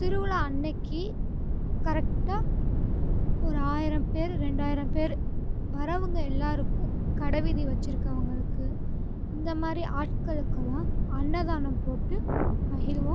திருவிழா அன்றைக்கி கரெக்டாக ஒரு ஆயிரம் பேர் ரெண்டாயிரம் பேர் வரவங்க எல்லாருக்கு கடைவீதி வச்சுருக்கவங்களுக்கு இந்தமாதிரி ஆட்களுக்குல்லா அன்னதானம் போட்டு மகிழ்வோம்